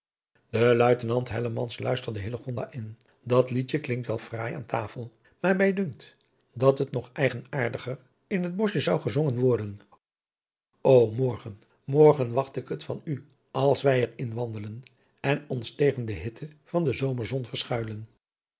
de luitenant hellemans luisterde hillegonda in dat liedje klinkt wel fraai aan tafel maar mij dunkt dat het nog eigenaardiger in het boschje zou gezongen worden ô morgen morgen wacht ik het van u als wij er in wandelen en ons tegen de hitte van de zomerzon verschuilen